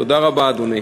תודה רבה, אדוני.